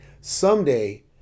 Someday